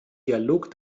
dialog